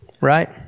Right